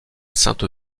sainte